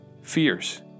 fears